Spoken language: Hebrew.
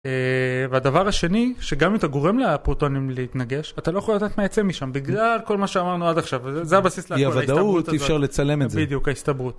והדבר השני שגם אם אתה גורם לפרוטונים להתנגש אתה לא יכול לדעת מה יצא משם בגלל כל מה שאמרנו עד עכשיו וזה הבסיס ל אי הוודאות, אי אפשר לצלם את זה בדיוק, ההסתברות.